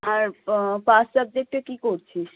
আর pass সাবজেক্টে কী করছিস